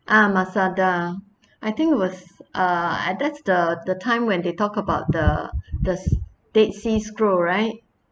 ah masada I think it was uh that's the the time when they talk about the the s~ dead sea scroll right